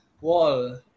wall